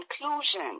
conclusion